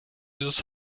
dieses